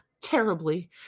Terribly